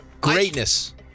Greatness